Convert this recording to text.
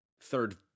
third